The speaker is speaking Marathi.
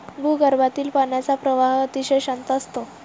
भूगर्भातील पाण्याचा प्रवाह अतिशय शांत असतो